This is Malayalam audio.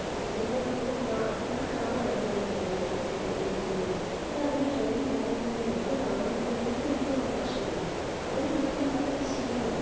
ഇരിക്കുന്നത് നമുക്ക് കാണാം നമുക്ക് കാണാം അവരിങ്ങനെ പോകുമ്പം ഇരിക്കുന്നത് അത് അങ്ങനെ ട്രെയിൻ പോകുന്നൊന്നും നമ്മള് കാണുന്നൊന്നോ അതൊന്നും അവർക്ക് പ്രശ്നമില്ല അവര് കാരണം അവർക്കത് ശീലമായി